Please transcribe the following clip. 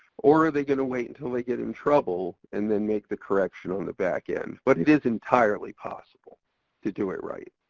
or are they gonna wait until they get in trouble, and then make the correction on the back end? but it is entirely possible to do it right.